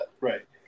Right